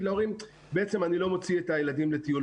להורים: בעצם אני לא מוציא את הילדים לטיול.